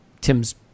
tim's